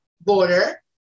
border